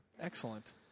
Excellent